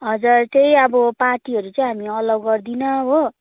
हजुर त्यही अब पार्टीहरू चाहिँ हामी अलौ गर्दिन हो